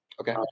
okay